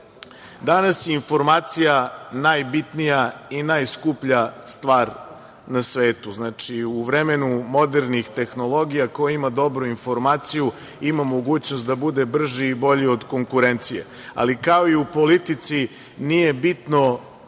Danas je informacija najbitnija i najskuplja stvar na svetu. Znači, u vremenu modernih tehnologija ko ima dobru informaciju imam mogućnost da bude brži i bolji od konkurencije. Ali kao i u politici nije bitno šta vam